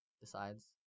decides